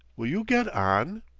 will you get on?